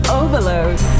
overload